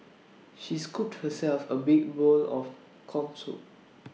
she scooped herself A big bowl of Corn Soup